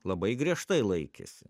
labai griežtai laikėsi